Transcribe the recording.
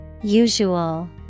Usual